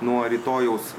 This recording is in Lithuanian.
nuo rytojaus